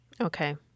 Okay